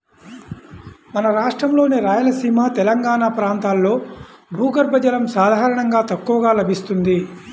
మన రాష్ట్రంలోని రాయలసీమ, తెలంగాణా ప్రాంతాల్లో భూగర్భ జలం సాధారణంగా తక్కువగా లభిస్తుంది